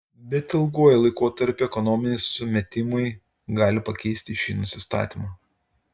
bet ilguoju laikotarpiu ekonominiai sumetimai gali pakeisti šį nusistatymą